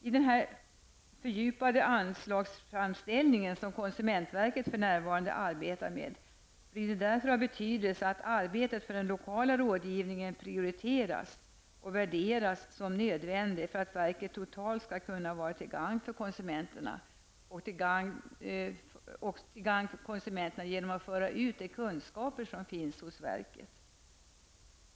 I den fördjupade anslagsframställning som konsumentverket arbetar med blir det därför av betydelse att arbetet för den lokala rådgivningen prioriteras och värderas som nödvändig för att verket totalt skall kunna vara till gagn för konsumenterna, dvs. till gagn för konsumenterna genom att föra ut de kunskaper som finns hos verket.